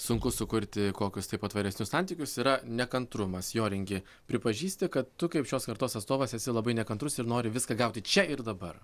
sunku sukurti kokius tai patvaresnius santykius yra nekantrumas joringi pripažįsti kad tu kaip šios kartos atstovas esi labai nekantrus ir nori viską gauti čia ir dabar